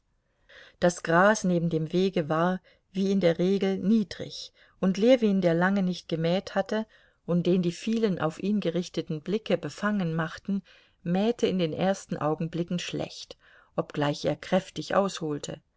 das gras neben dem wege war wie in der regel niedrig und ljewin der lange nicht gemäht hatte und den die vielen auf ihn gerichteten blicke befangen machten mähte in den ersten augenblicken schlecht obgleich er kräftig ausholte